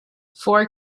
four